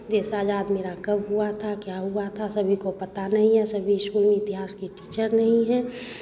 देश आजाद मेरा कब हुआ था क्या हुआ था सभी को पता नहीं है सभी स्कूल में इतिहास की टीचर नहीं हैं